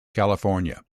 california